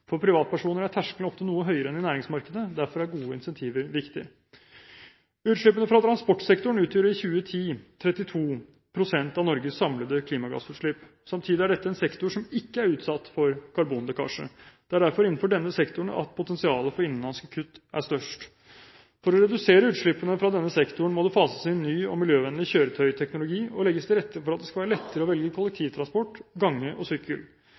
For privatpersoner er terskelen ofte noe høyere enn i næringsmarkedet. Derfor er gode incentiver viktig. Utslippene fra transportsektoren utgjorde i 2010 32 pst. av Norges samlede klimagassutslipp. Samtidig er dette en sektor som ikke er utsatt for karbonlekkasje. Det er derfor innenfor denne sektoren at potensialet for innenlandske kutt er størst. For å redusere utslippene fra denne sektoren må det fases inn ny og miljøvennlig kjøretøyteknologi og legges til rette for at det skal være lettere å velge kollektivtransport, gange og